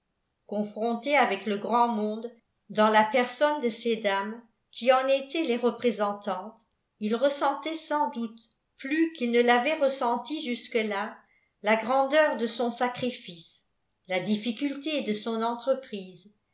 confronté avec le grand monde dans la personne de ces dames qui en étaient les représentantes il ressentait sans doute plus qu'il ne l'avait ressenti jusque-là la grandeur de son sacrifice la difficulté de son entreprise